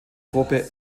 gruppe